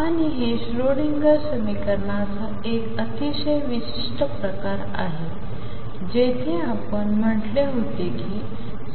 आणि हे श्रोडिंगर समीकरणाचा एक अतिशय विशिष्ट प्रकार आहे जेथे आपण म्हटले होते की